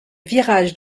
virage